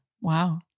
wow